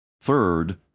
Third